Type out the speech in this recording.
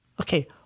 Okay